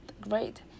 great